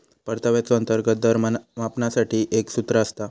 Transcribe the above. परताव्याचो अंतर्गत दर मापनासाठी एक सूत्र असता